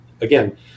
again